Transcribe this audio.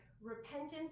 repentance